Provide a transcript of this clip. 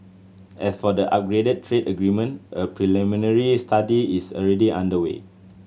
as for the upgraded trade agreement a preliminary study is already underway